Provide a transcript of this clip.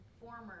former